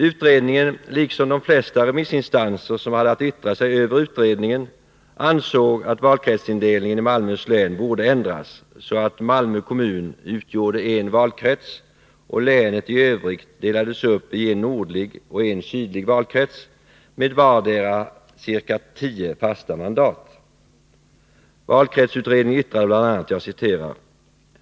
Utredningen, liksom de flesta remissinstanser som hade att yttra sig över utredningen, ansåg att valkretsindelningen i Malmöhus län borde ändras så att Malmö kommun utgjorde en valkrets och länet i övrigt delades upp i en nordlig och en sydlig valkrets med vardera ca 10 fasta mandat.